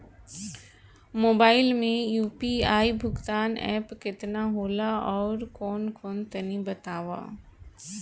Mobile म UPI भुगतान app केतना होला आउरकौन कौन तनि बतावा?